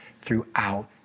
throughout